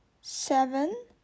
seven